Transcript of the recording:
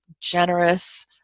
generous